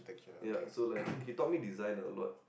ya so like he taught me design a lot